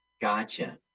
Gotcha